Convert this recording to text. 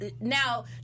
Now